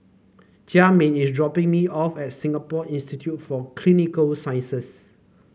Jamin is dropping me off at Singapore Institute for Clinical Sciences